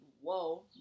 Whoa